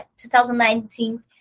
2019